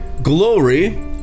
glory